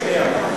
שנייה.